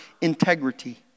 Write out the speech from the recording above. integrity